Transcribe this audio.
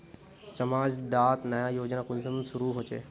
समाज डात नया योजना कुंसम शुरू होछै?